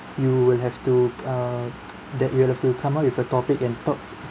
you will have to err that you'll have to come up with a topic and talk